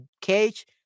cage